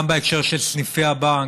גם בהקשר של סניפי הבנק,